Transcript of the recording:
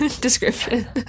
description